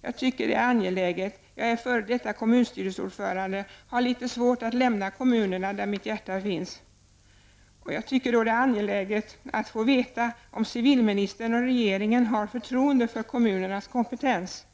Jag tyckte som f.d. kommunstyrelseordförande under ett antal år att det var angeläget att få veta om civilministern och regeringen hade förtroende för kommunernas kompetens. Jag har litet svårt att lämna kommunerna, där mitt hjärta finns.